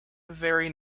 very